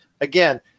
again